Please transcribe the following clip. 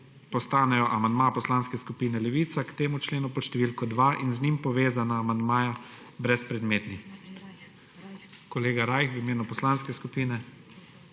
postanejo amandma Poslanske skupine Levica k temu členu pod številko 2 in z njim povezana amandmaja brezpredmetni. Besedo ima kolega Rajh v imenu poslanske skupine.